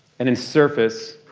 and in surface,